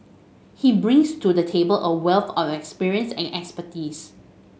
he brings to the table a wealth of experience and expertise